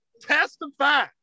Testify